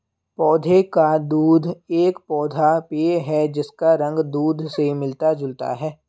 पौधे का दूध एक पौधा पेय है जिसका रंग दूध से मिलता जुलता है